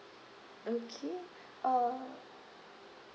okay uh